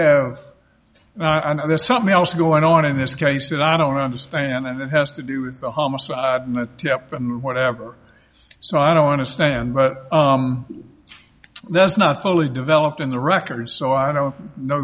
and there's something else going on in this case that i don't understand and it has to do with a homicide an attempt and or whatever so i don't understand but that's not fully developed in the records so i don't know